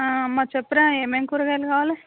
అమ్మ చెప్పరా ఏమేమి కూరగాయలు కావాలి